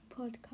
podcast